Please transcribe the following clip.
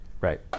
Right